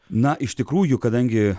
na iš tikrųjų kadangi